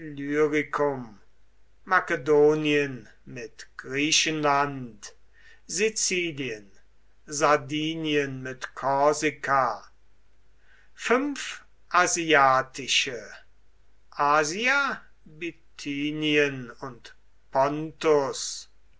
illyricum makedonien mit griechenland sizilien sardinien mit korsika fünf asiatische asia bithynien und